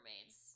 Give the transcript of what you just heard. mermaids